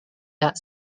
that